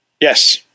yes